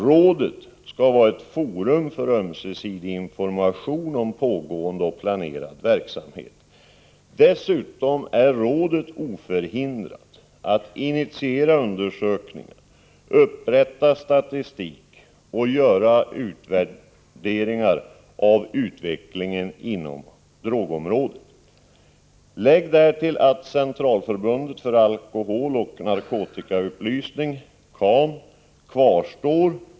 Rådet skall vara ett forum för ömsesidig information om pågående och planerad verksamhet. Dessutom är rådet oförhindrat att initiera undersökningar, upprätta statistik och göra utvärderingar av utvecklingen inom drogområdet. Härtill kan läggas att Centralförbundet för alkoholoch narkotikaupplys ning kvarstår.